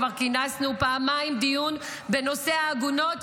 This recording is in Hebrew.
כבר כינסנו פעמיים דיון בנושא העגונות,